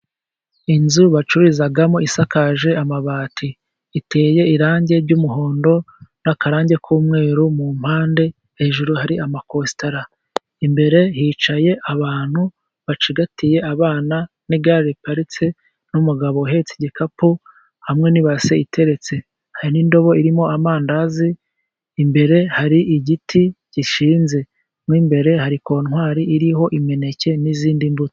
Inzu bacururizamo isakaje amabati, iteye irangi ry'umuhondo, n'akarange k'umweru mu mpande, hejuru hari amakositara. Imbere hicaye abantu bacigatiye abana, n'igare riparitse, n'umugabo uhetse igikapu, hamwe n'ibase iteretse. Hari n'indobo irimo amandazi, imbere hari igiti gishinze, mo imbere hari kontwari iriho imineke n'izindi mbuto.